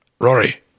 rory